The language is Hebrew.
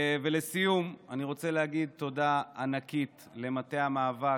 לסיום, אני רוצה להגיד תודה ענקית למטה המאבק,